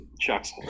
Chuck's